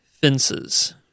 Fences